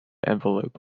envelope